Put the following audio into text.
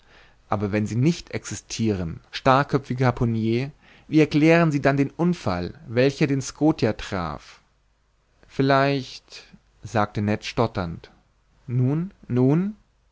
aber wenn sie nicht existiren starrköpfiger harpunier wie erklären sie dann den unfall welcher den scotia traf vielleicht sagte ned stotternd nun nun